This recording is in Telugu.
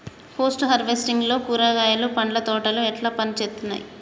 పోస్ట్ హార్వెస్టింగ్ లో కూరగాయలు పండ్ల తోటలు ఎట్లా పనిచేత్తనయ్?